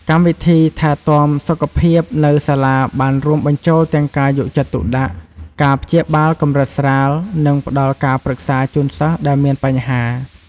កម្មវិធីថែទាំសុខភាពនៅសាលាបានរួមបញ្ចូលទាំងការយកចិត្តទុកដាក់ ការព្យាបាលកម្រិតស្រាល និងផ្ដល់ការប្រឹក្សាជូនសិស្សដែលមានបញ្ហា។